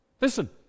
Listen